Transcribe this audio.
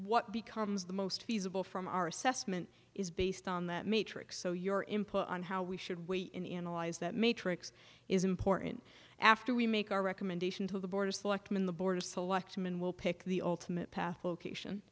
what becomes the most feasible from our assessment is based on that matrix so your input on how we should weigh in analyze that matrix is important after we make our recommendation to the board of selectmen the board of selectmen will pick the ultimate path location